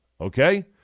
Okay